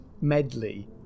medley